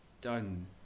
done